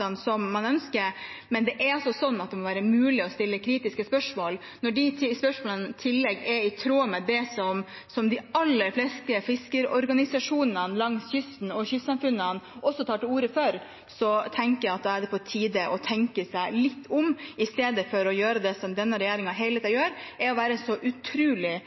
man ønsker. Det må være mulig å stille kritiske spørsmål. Når de spørsmålene i tillegg er i tråd med det som de aller fleste fiskeriorganisasjonene og kystsamfunnene også tar til orde for, tenker jeg at det er på tide å tenke seg litt om, i stedet for å gjøre det som denne regjeringen hele tiden gjør – å være så utrolig